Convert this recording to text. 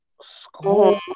school